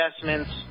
investments